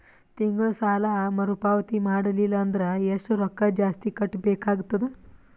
ತಿಂಗಳ ಸಾಲಾ ಮರು ಪಾವತಿ ಮಾಡಲಿಲ್ಲ ಅಂದರ ಎಷ್ಟ ರೊಕ್ಕ ಜಾಸ್ತಿ ಕಟ್ಟಬೇಕಾಗತದ?